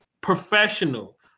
professional